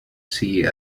see